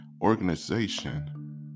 organization